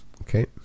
Okay